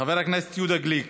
חבר הכנסת יהודה גליק